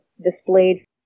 displayed